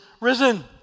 risen